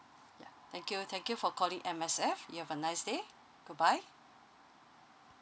ya thank you thank you for calling M_S_F you have a nice day goodbye